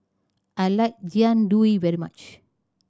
I like Jian Dui very much